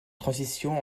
transition